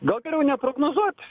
gal geriau neprognozuot